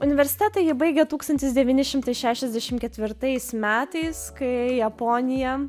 universitetą ji baigė tūkstantis devyni šimtai šešiasdešim ketvirtais metais kai japonija